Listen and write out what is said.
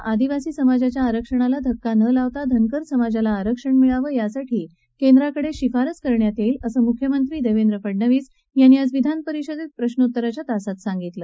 सध्याच्या आदिवासी समाजाच्या आरक्षणाला धक्का न लावता धनगर समाजाला आरक्षण मिळावे यासाठी केंद्राकडे शिफारस करण्यात येईल असे मुख्यमंत्री देवेंद्र फडणवीस यांनी आज विधान परिषदेत प्रश्रोत्तराच्या तासाला सांगितले